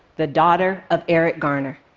the daughter of eric garner,